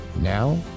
Now